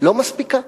לא מספיקה.